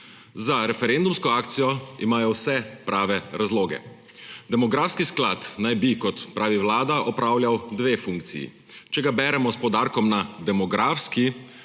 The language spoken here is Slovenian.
Za referendumsko akcijo imajo vse prave razloge. Demografski sklad naj bi, kot pravi Vlada, opravljal dve funkciji. Če ga beremo s poudarkom na »demografski«,